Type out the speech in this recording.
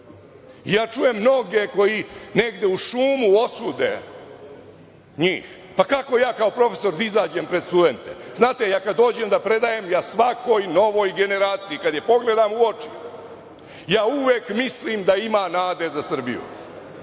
Ja čujem mnoge koji negde u šumu osude njih. Pa, kako ja kao profesor da izađem pred studente? Znate, ja kada dođem da predajem, ja svakoj novoj generaciji, kada je pogledam u oči, ja uvek mislim da ima nade za Srbiju.